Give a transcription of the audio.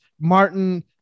martin